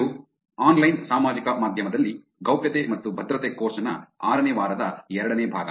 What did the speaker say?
ಇದು ಆನ್ಲೈನ್ ಸಾಮಾಜಿಕ ಮಾಧ್ಯಮದಲ್ಲಿ ಗೌಪ್ಯತೆ ಮತ್ತು ಭದ್ರತೆ ಕೋರ್ಸ್ ನ ಆರನೇ ವಾರದ ಎರಡನೇ ಭಾಗ